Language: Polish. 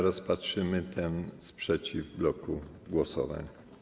Rozpatrzymy ten sprzeciw w bloku głosowań.